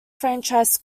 franchise